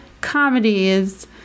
comedies